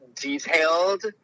detailed